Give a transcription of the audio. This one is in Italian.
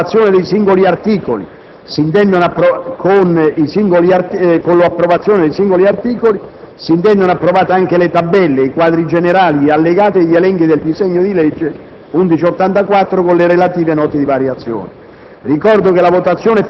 Preciso che, con l'approvazione dei singoli articoli, si intendono approvati anche le Tabelle, i quadri generali, gli allegati e gli elenchi del disegno di legge n. 1184, con le relative Note di variazioni.